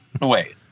Wait